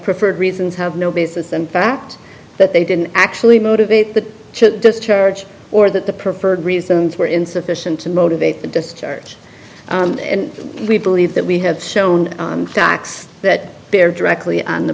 preferred reasons have no basis in fact that they didn't actually motivate the chip discharge or that the preferred reasons were insufficient to motivate the discharge and we believe that we have shown facts that they are directly on the